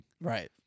right